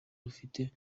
rufite